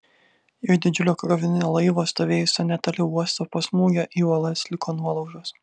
iš didžiulio krovininio laivo stovėjusio netoli uosto po smūgio į uolas liko nuolaužos